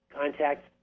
contact